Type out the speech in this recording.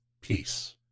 peace